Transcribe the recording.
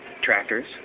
tractors